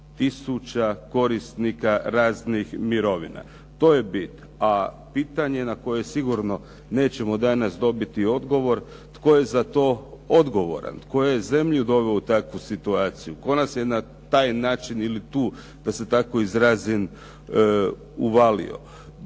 tisuća korisnika raznih mirovina. To je bit. A pitanje na koje sigurno nećemo danas dobiti odgovor tko je za to odgovoran, tko je zemlju doveo u takvu situaciju, tko nas je na taj način ili tu da se tako izrazim uvalio.